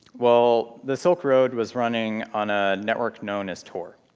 well, the silk road was running on a network known as tor.